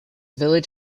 village